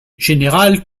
général